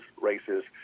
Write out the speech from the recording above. races